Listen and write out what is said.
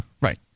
Right